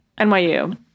NYU